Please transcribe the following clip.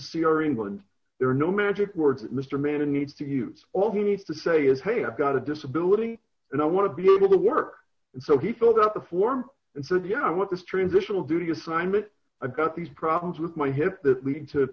or england there are no magic words mister manning needs to use all he needs to say is hey i've got a disability and i want to be able to work and so he filled up the form and said yeah i want this transitional duty assignment i've got these problems with my hip that lead to